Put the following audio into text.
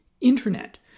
internet